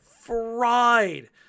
fried